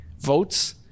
votes